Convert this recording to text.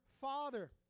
Father